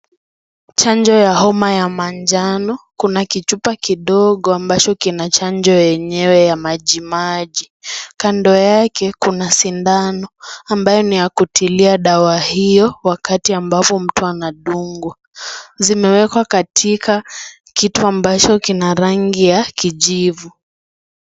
Chanjo ya homa ya manjano. Kuna kichupa kidogo ambacho kina chanjo yenyewe ya maji maji. Kando yake, kuna sindano ambayo ni ya kutilia dawa hiyo wakati ambapo mtu anadungwa. Zimewekwa katika kitu ambacho kina rangi ya kijivu.